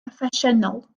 proffesiynol